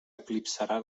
eclipsarà